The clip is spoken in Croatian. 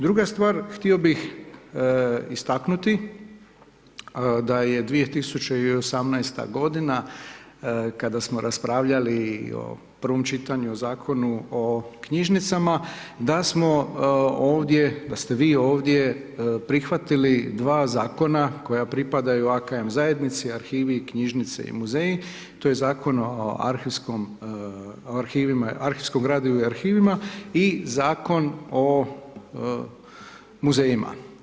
Druga stvar, htio bih istaknuti da je 2018. godina kada smo raspravljali o prvom čitanju o Zakonu o knjižnicama, da smo ovdje, da ste vi ovdje prihvatili dva zakona koja pripadaju AKM zajednici, arhivi, knjižnice i muzeji, to je Zakon o arhivskom gradivu i arhivima i Zakon o muzejima.